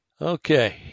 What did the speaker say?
Okay